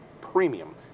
premium